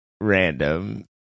random